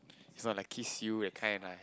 is not like kiss you that kind lah